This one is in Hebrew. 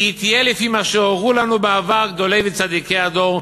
כי היא תהיה לפי מה שהורו לנו בעבר גדולי וצדיקי הדור,